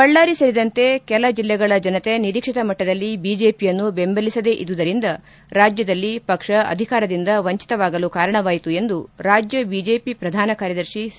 ಬಳ್ಳಾರಿ ಸೇರಿದಂತೆ ಕೆಲ ಜಲ್ಲೆಗಳ ಜನತೆ ನಿರೀಕ್ಷಿತ ಮಟ್ಟದಲ್ಲಿ ಬಿಜೆಪಿಯನ್ನು ಬೆಂಬಲಿಸದೆ ಇರುವುದರಿಂದ ರಾಜ್ಯದಲ್ಲಿ ಪಕ್ಷ ಅಧಿಕಾರದಿಂದ ವಂಚಿತವಾಗಲು ಕಾರಣವಾಯಿತು ಎಂದು ರಾಜ್ಯ ಬಿಜೆಪಿ ಪ್ರಧಾನ ಕಾರ್ಯದರ್ಶಿ ಸಿ